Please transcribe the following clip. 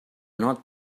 not